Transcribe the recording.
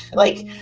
like,